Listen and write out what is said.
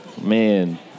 man